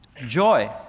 joy